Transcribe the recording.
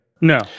No